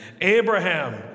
Abraham